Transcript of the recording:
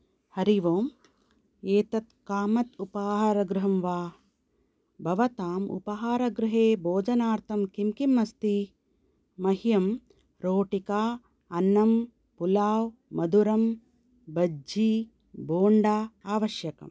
हरि ओम् एतत् कामत् उपहारगृहं वा भवताम् उपहारगृहे भोजनार्थं किं किम् अस्ति मह्यं रोटिका अन्नं पुलाव् मधुरं बज्जि बोण्डा आवश्यकम्